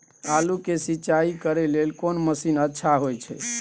आलू के सिंचाई करे लेल कोन मसीन अच्छा होय छै?